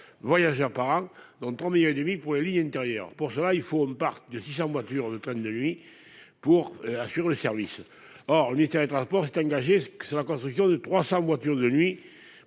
voyageurs par an, dont 3,5 millions pour les lignes intérieures. Pour cela, un parc de 600 voitures de trains de nuit doit être constitué. Or le ministère des transports s'est engagé pour la construction de 300 voitures de nuit